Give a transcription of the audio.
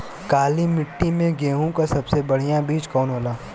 काली मिट्टी में गेहूँक सबसे बढ़िया बीज कवन होला?